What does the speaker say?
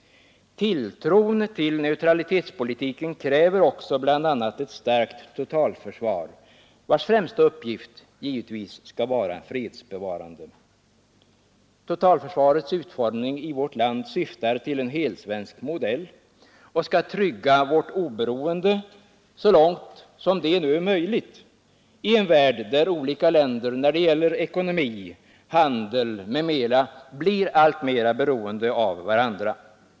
Tilltron till neutralitetspolitiken kräver också bl.a. ett starkt totalförsvar, vars främsta uppgift givetvis skall vara fredsbevarande. Totalförsvarets utformning syftar till en helsvensk modell och skall trygga vårt oberoende, så långt detta nu är möjligt i en värld där olika länder när det gäller ekonomi, handel m.m. blir allt mer beroende av varandra.